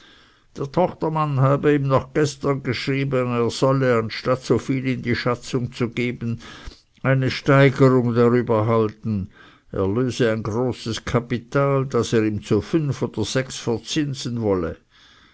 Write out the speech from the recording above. der tochtermann habe ihm noch gestern geschrieben er solle statt so viel in die schatzung zu geben eine steigerung darüber halten er löse ein großes kapital das er ihm zu fünf oder sechs verzinsen wolle